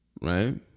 Right